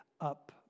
up